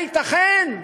הייתכן?